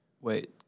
Wait